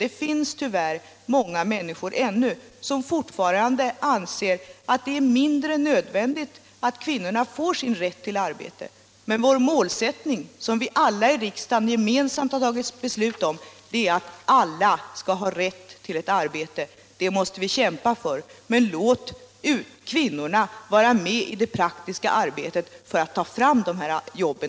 Det finns tyvärr många människor som fortfarande anser att det är mindre nödvändigt att kvinnorna får sin rätt till arbete, men vår målsättning — som vi alla i riksdagen gemensamt har tagit beslut om — är att alla skall ha rätt till ett arbete. Det måste vi kämpa för, men låt också kvinnorna vara med i det praktiska arbetet för att ta fram de här jobben.